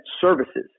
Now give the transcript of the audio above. services